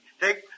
take